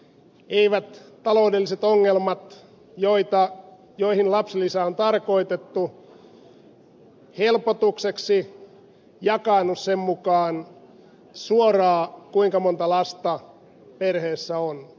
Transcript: eivät taloudelliset ongelmat joihin lapsilisä on tarkoitettu helpotukseksi jakaannu sen mukaan suoraan kuinka monta lasta perheessä on